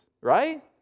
right